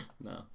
No